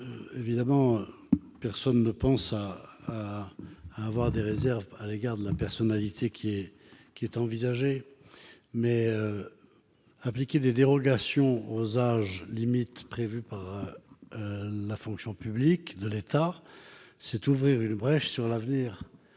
45 rectifié. Personne ne pense à avoir des réserves à l'égard de la personnalité envisagée, mais permettre des dérogations aux âges limites prévus pour la fonction publique de l'État, c'est ouvrir une brèche pour l'avenir.